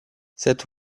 cet